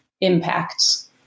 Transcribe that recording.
impacts